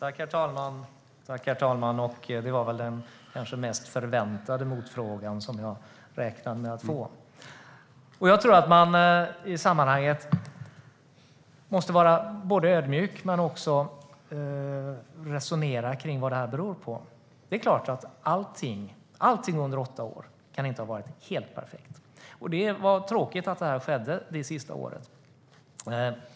Herr talman! Det var kanske den mest förväntade motfrågan som jag räknade med att få. Man måste vara ödmjuk och resonera om vad det beror på. Det är klart att allting under åtta år inte kan ha varit helt perfekt. Det var tråkigt att det här skedde under det sista året.